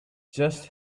just